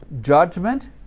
judgment